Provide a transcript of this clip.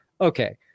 Okay